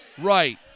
Right